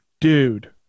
Dude